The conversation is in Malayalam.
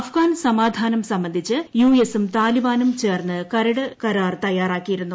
അഫ്ഗാൻ സമാധാനം സംബന്ധിച്ച് യുഎസും താലിബാനും ചേർന്നു കരടു കരാർ തയാറാക്കിയിരുന്നു